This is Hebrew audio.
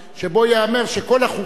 שבו ייאמר שכל החוקים